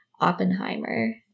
Oppenheimer